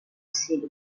city